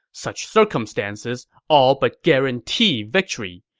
such circumstances all but guarantee victory.